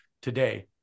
today